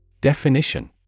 Definition